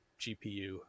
GPU